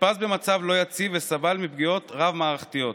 אושפז במצב לא יציב, וסבל מפגיעות רב-מערכתיות.